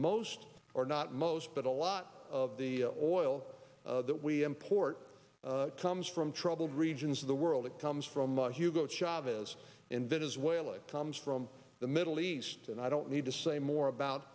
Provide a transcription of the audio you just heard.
most or not most but a lot of the oil that we import comes from troubled regions of the world it comes from other hugo chavez in venezuela comes from the middle east and i don't need to say more about